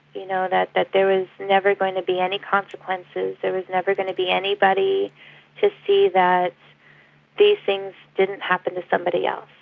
you know that that there was never going to be any consequences, there was never going to be anybody to see that these things didn't happen to somebody else.